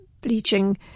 bleaching